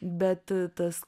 bet tas